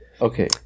okay